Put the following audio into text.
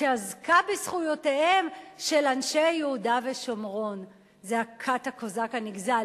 שעסק בזכויותיהם של אנשי יהודה ושומרון זעקת הקוזק הנגזל.